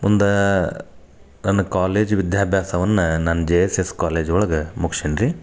ಮುಂದಾ ನನ್ನ ಕಾಲೇಜು ವಿದ್ಯಾಭ್ಯಾಸವನ್ನ ನಾನು ಜೆ ಎಸ್ ಎಸ್ ಕಾಲೇಜ್ ಒಳಗೆ ಮುಗ್ಸೇನಿ ರೀ